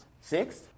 Six